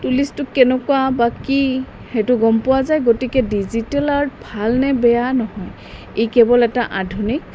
টুলিচটোক কেনেকুৱা বা কি সেইটো গম পোৱা যায় গতিকে ডিজিটেল আৰ্ট ভাল নে বেয়া নহয় ই কেৱল এটা আধুনিক